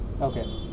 Okay